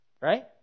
right